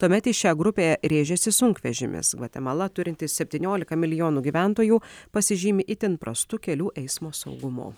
tuomet į šią grupę rėžėsi sunkvežimis gvatemala turinti septyniolika milijonų gyventojų pasižymi itin prastu kelių eismo saugumu